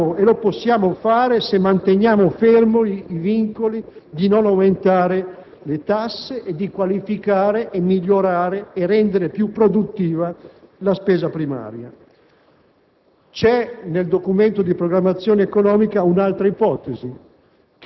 ora ha il Parlamento, sarebbe sbagliato sottrarsi, lo possiamo e lo dobbiamo fare se manteniamo fermi i vincoli di non aumentare le tasse e di qualificare, migliorare e rendere più produttiva la spesa primaria.